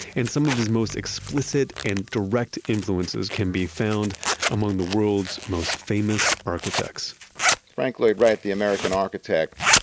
and some of his most explicit and direct influences can be found among the world's most famous architects frank lloyd wright, the american architect,